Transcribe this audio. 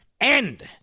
end